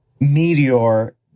meteor